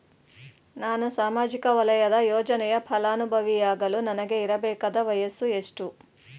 ನಾನು ಸಾಮಾಜಿಕ ವಲಯದ ಯೋಜನೆಯ ಫಲಾನುಭವಿಯಾಗಲು ನನಗೆ ಇರಬೇಕಾದ ವಯಸ್ಸುಎಷ್ಟು?